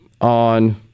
on